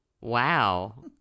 Wow